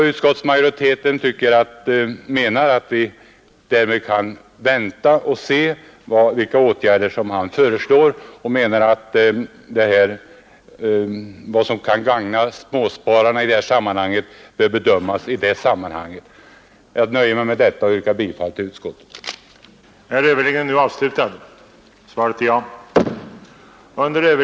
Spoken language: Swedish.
Utskottsmajoriteten menar att vi kan vänta och se vilka åtgärder finansministern då kommer att föreslå och att frågan om vad som bäst kan gagna småspararna bör bedömas i det sammanhanget. Herr talman! Jag nöjer mig med det anförda och ber att få yrka bifall till utskottets hemställan.